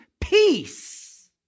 peace